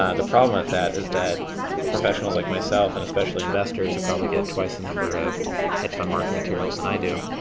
ah the problem with that is that professionals like myself and especially investors will probably get twice the number of hedge fund marketing materials than i do.